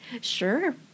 Sure